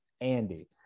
Andy